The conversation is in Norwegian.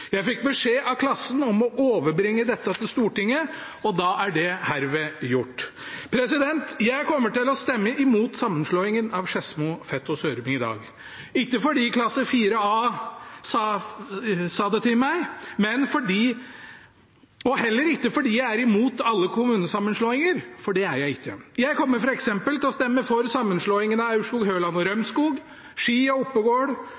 Jeg fikk beskjed av klassen om å overbringe dette til Stortinget, og det er herved gjort. Jeg kommer til å stemme imot sammenslåingen av Skedsmo, Fet og Sørum i dag – ikke fordi klasse 4A sa det til meg, og heller ikke fordi jeg er imot alle kommunesammenslåinger, for det er jeg ikke. Jeg kommer f.eks. til å stemme for sammenslåingen av Aurskog-Høland og